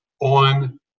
on